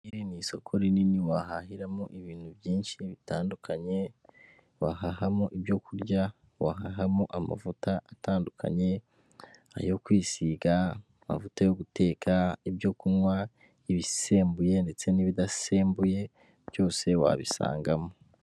Ni isoko rinini wahahiramo ibintu byinshi bitandukanye wahahamo ibyo kurya, wahahamo amavuta atandukanye ayo kwisiga, amavuta yo guteka, ibyo kunywa ibisembuye ndetse n'ibidasembuye byose wabisangamo.